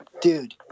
Dude